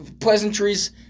pleasantries